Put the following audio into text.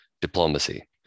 diplomacy